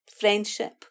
friendship